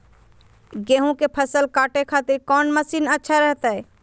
गेहूं के फसल काटे खातिर कौन मसीन अच्छा रहतय?